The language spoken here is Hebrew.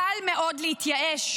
קל מאוד להתייאש.